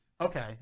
Okay